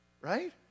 right